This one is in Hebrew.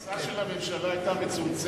הגרסה של הממשלה היתה מצומצמת,